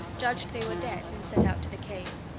judged they were dead, and set out to the cave.